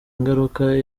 ingaruka